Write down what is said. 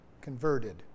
converted